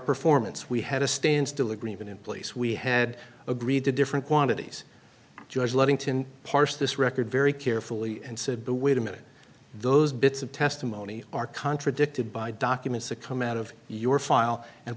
performance we had a standstill agreement in place we had agreed to different quantities judge ludington parse this record very carefully and said wait a minute those bits of testimony are contradicted by documents that come out of your file and